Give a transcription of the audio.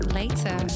later